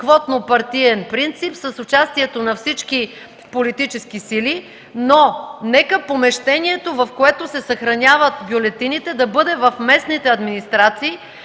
квотно партиен принцип с участието на всички политически сили, но нека помещението, в което се съхраняват бюлетините, да бъде в местните администрации,